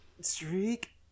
streak